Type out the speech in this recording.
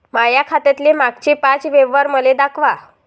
माया खात्यातले मागचे पाच व्यवहार मले दाखवा